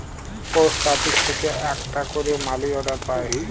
post office আকটা ক্যারে money order পায়